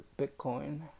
Bitcoin